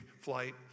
flight